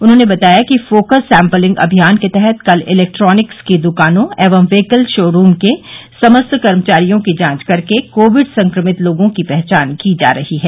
उन्होंने बताया focus sampling अभियान के तहत कल इलेक्ट्रानिक द्कानों एवं व्हैकल शोरूम के समस्त कर्मचारियों की जांच करके कोविड संक्रमित लोगों की पहचान की जा रही है